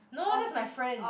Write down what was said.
no that's my friend